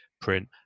print